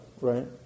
right